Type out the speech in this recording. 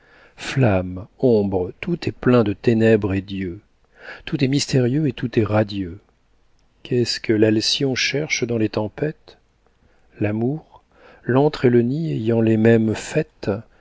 flamme ombre tout est plein de ténèbres et d'yeux tout est mystérieux et tout est radieux qu'est-ce que l'alcyon cherche dans les tempêtes l'amour l'antre et le nid ayant les mêmes fêtes